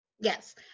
Yes